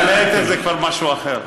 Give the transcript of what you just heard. מעל גלי האתר זה כבר משהו אחר,